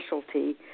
specialty